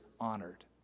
honored